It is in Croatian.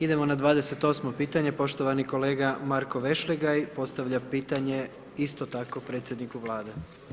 Idemo na 28. pitanje poštovani kolega Marko Vešligaj, postavlja pitanje isto tako predsjedniku Vlade.